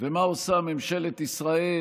ומה עושה ממשלת ישראל?